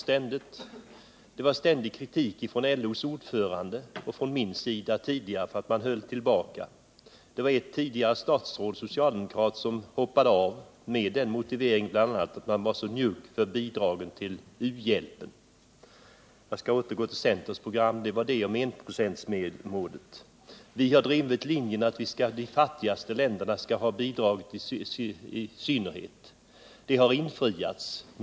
Kritik framfördes ständigt av LO:s ordförande och från min sida mot att man höll tillbaka. Ett socialdemokratiskt statsråd hoppade av från regeringen med bl.a. den motiveringen att man var så njugg med bidraget till u-hjälp. Jag återgår till centerns program. Enprocentsmålet har jag redan nämnt. Vidare har vi drivit linjen att i synnerhet de fattigaste länderna skall ha bidrag. Det kravet har infriats.